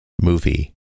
movie